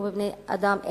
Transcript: ובבני-אדם,